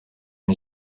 nta